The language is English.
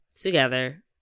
together